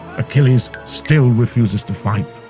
achilles still refuses to fight.